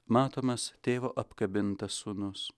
matomas tėvo apkabintas sūnus